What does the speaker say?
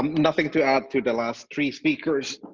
nothing to add to the last three speakers,